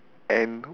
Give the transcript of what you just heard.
and